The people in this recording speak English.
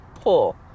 pull